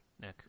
Nick